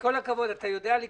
זה הנחות